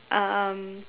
um